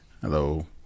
Hello